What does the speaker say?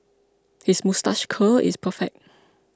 his moustache curl is perfect